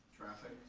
traffic.